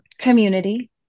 community